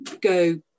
go